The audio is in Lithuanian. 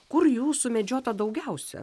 kur jų sumedžiota daugiausia